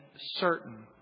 certain